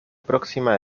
próxima